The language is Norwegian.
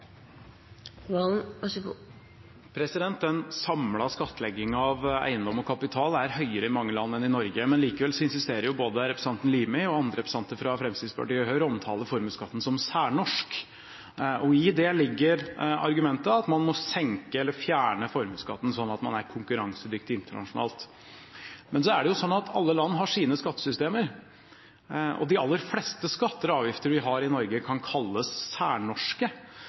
høyere i mange land enn i Norge, men likevel insisterer både representanten Limi og andre representanter fra Fremskrittspartiet og Høyre på å omtale formuesskatten som særnorsk. I det ligger argumentet om at man må senke eller fjerne formuesskatten sånn at man er konkurransedyktig internasjonalt. Men så er det jo sånn at alle land har sine skattesystemer, og de aller fleste skatter og avgifter vi har i Norge, kan kalles særnorske.